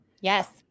Yes